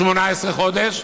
18 חודש?